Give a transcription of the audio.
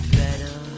better